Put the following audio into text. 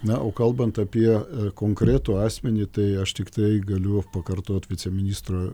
na o kalbant apie konkretų asmenį tai aš tiktai galiu pakartot viceministro